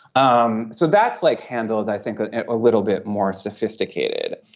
um so that's like handled i think a little bit more sophisticated.